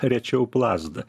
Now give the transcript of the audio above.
rečiau plazda